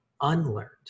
unlearned